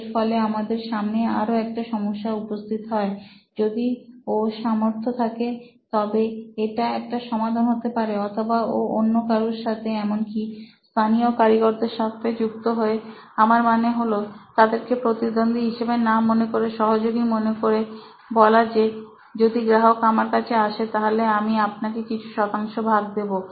এর ফলে আমাদের সামনে আরও একটা সমস্যা উপস্থিত হয় যদি ওর সামর্থ্য থাকে তবে এটা একটা সমাধান হতে পারে অথবা ও অন্য কারো সাথে এমনকি স্থানীয় কারিগরদের সাথে যুক্ত হয়ে আমার মানে হলো তাদেরকে প্রতিদ্বন্দ্বী হিসেবে না মনে করে সহযোগী মনে করে বলা যে যদি গ্রাহক আমার কাছে আসে তাহলে আমি আপনাকে কিছু শতাংশ ভাগ দেবো